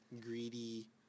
greedy